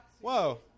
whoa